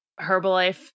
Herbalife